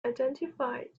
identified